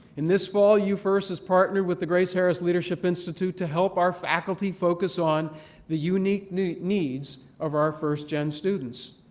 and this fall, you first has partnered with the grace harris leadership institute to help our faculty focus on the unique needs needs of our first gen students.